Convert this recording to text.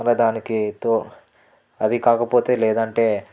మళ్ళా దానికి తో అది కాకపోతే లేదంటే